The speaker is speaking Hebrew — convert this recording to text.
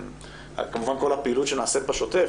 כמובן על כל הפעילות שנעשית בשוטף,